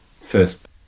first